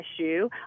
issue